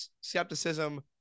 skepticism